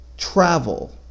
Travel